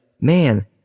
man